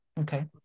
okay